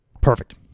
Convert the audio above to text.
perfect